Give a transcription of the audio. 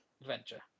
adventure